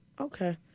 Okay